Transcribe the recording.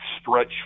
stretch